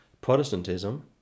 Protestantism